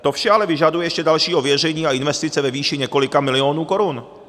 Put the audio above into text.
To vše ale vyžaduje ještě další ověření a investice ve výši několika milionů korun.